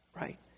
Right